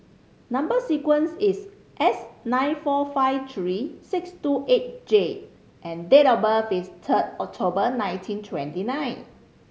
number sequence is S nine four five three six two eight J and date of birth is third October nineteen twenty nine